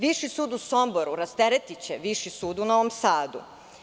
Viši sud u Somboru rasteretiće Viši sud u Novom Sadu.